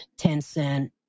Tencent